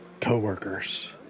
co-workers